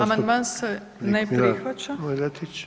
Amandman se ne prihvaća.